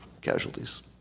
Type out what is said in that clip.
casualties